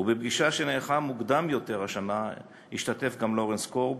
ובפגישה שנערכה מוקדם יותר השנה השתתף גם לורנס קורב,